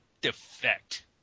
defect